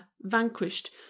vanquished